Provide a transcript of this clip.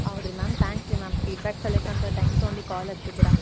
ಹೌದು ರೀ ma'am thanks ರೀ ಮ್ಯಾಮ್ ಫೀಡ್ಬ್ಯಾಕ್ ಸಲೇಕ್ ಅಂತ ಟೈಮ್ ತಗೊಂಡು ಕಾಲ್ ಹಚ್ಚಿದಿರ